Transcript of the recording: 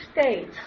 states